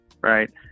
right